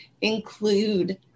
include